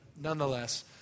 nonetheless